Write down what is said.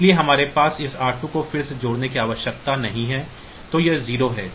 इसलिए हमारे पास इस r 2 को फिर से जोड़ने की आवश्यकता नहीं है